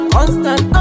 Constant